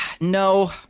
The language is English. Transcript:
No